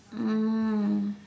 mm